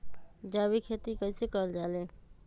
जैविक खेती कई से करल जाले?